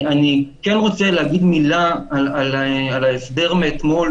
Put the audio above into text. אני כן רוצה להגיד מילה על ההסדר מאתמול,